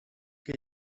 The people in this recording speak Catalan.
que